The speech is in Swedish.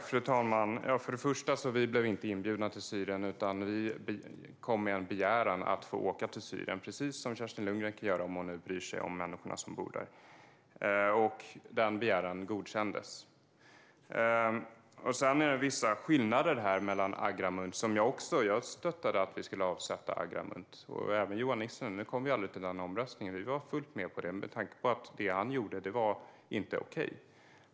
Fru talman! Först och främst blev vi inte inbjudna till Syrien, utan vi kom med en begäran om att få åka dit, precis som Kerstin Lundgren kan göra om hon nu bryr sig om de människor som bor där. Denna begäran godkändes. Sedan finns det vissa skillnader här. Jag och även Johan Nissinen stöttade att vi skulle avsätta Agramunt. Nu kom vi aldrig till den omröstningen, men vi var fullt med på detta med tanke på att det som han gjorde inte var okej.